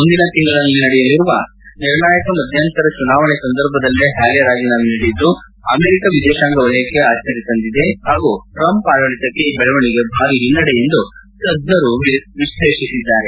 ಮುಂದಿನ ತಿಂಗಳ ನಡೆಯಲಿರುವ ನಿರ್ಣಾಯಕ ಮಧ್ಲಂತರ ಚುನಾವಣೆ ಸಂದರ್ಭದಲ್ಲೇ ಹ್ವಾಲೆ ರಾಜೀನಾಮೆ ನೀಡಿದ್ದು ಅಮೆರಿಕ ವಿದೇಶಾಂಗ ವಲಯಕ್ಕೆ ಅಭ್ಲರಿ ತಂದಿದೆ ಹಾಗೂ ಟ್ರಂಪ್ ಆಡಳಿತಕ್ಕೆ ಈ ಬೆಳವಣಿಗೆ ಭಾರಿ ಹಿನ್ನಡೆ ಎಂದು ತಜ್ಜರು ವಿಶ್ಲೇಷಿಸಿದ್ದಾರೆ